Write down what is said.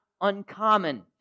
uncommon